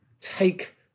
take